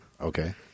Okay